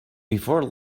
before